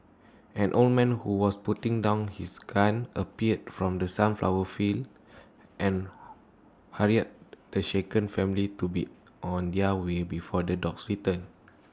an old man who was putting down his gun appeared from the sunflower fields and hurried the shaken family to be on their way before the dogs return